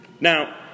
Now